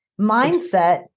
mindset